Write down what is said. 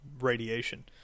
radiation